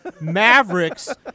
Mavericks